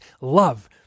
love